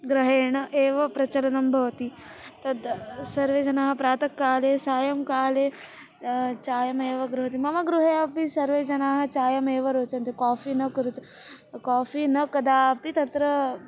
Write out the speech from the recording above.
ग्रहेण एव प्रचलनं भवति तद् सर्वे जनाः प्रातःकाले सायङ्काले चायमेव गृह्णाति मम गृहे अपि सर्वे जनाः चायमेव रोचन्ते काफि न कुरुत् काफ़ि न कदापि तत्र